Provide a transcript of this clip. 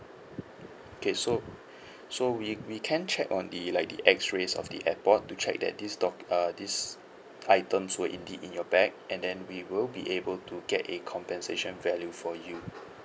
okay so so we we can check on the like the X-rays of the airport to check that this doc~ uh these items were indeed in your bag and then we will be able to get a compensation value for you